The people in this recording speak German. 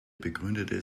begründete